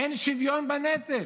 אין שוויון בנטל.